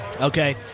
Okay